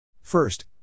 First